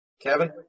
Kevin